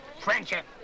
Friendship